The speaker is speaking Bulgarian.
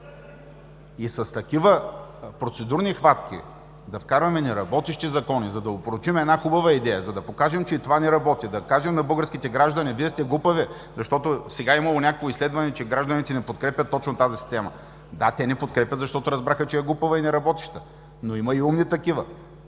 И с такива процедурни хватки – да вкарваме неработещи закони, за да опорочим една хубава идея, за да покажем, че и това не работи, да кажем на българските граждани: вие сте глупави, защото сега имало някакво изследване, че гражданите не подкрепят точно тази система. Да, те не я подкрепят, защото разбраха, че е глупава и неработеща. Но има и умни такива.